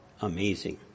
amazing